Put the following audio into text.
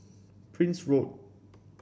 Prince Road